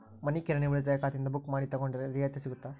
ಮನಿ ಕಿರಾಣಿ ಉಳಿತಾಯ ಖಾತೆಯಿಂದ ಬುಕ್ಕು ಮಾಡಿ ತಗೊಂಡರೆ ರಿಯಾಯಿತಿ ಸಿಗುತ್ತಾ?